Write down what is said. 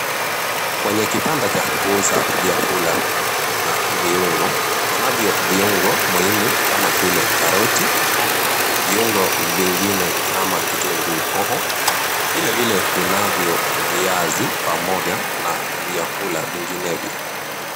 Kwenye kibanda cha kuuza vyakula na viungo, kunavyo viungo muhimu kama vile karoti, viungo vingine kama kitunguu hoho. Vilevile kunavyo viazi pamoja vyakula vinginevyo.